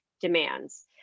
demands